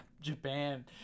Japan